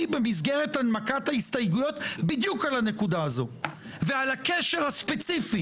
במסגרת הנמקת ההסתייגויות בדיוק על הנקודה הזו ועל הקשר הספציפי